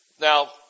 Now